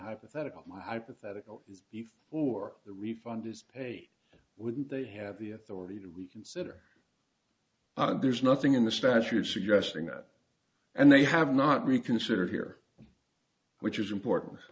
hypothetical my hypothetical before the refund is paid wouldn't they have the authority to reconsider there's nothing in the statute suggesting that and they have not reconsider here which is important a